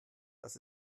das